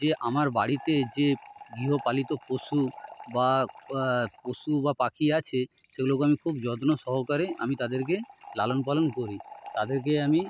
যে আমার বাড়িতে যে গৃহপালিত পশু বা পশু বা পাখি আছে সেগুলিকে আমি খুব যত্ন সহকারে আমি তাদেরকে লালন পালন করি তাদেরকেই আমি